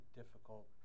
difficult